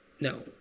No